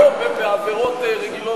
לא בעבירות רגילות,